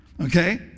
Okay